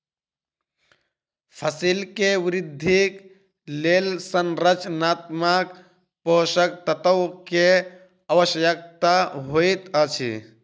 फसिल के वृद्धिक लेल संरचनात्मक पोषक तत्व के आवश्यकता होइत अछि